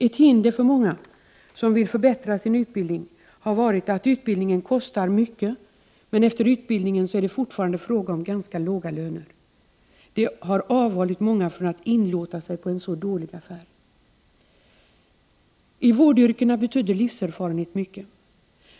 Ett hinder för många som vill förbättra sin utbildning har varit att utbildningen kostar mycket men att lönerna fortfarande är ganska låga efter utbildningen. Det har avhållit många från att inlåta sig på en så dålig affär. I vårdyrkena betyder livserfarenhet mycket.